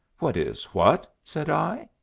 what is what? said i.